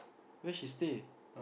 where she stay